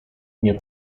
nie